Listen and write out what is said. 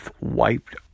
wiped